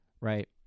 Right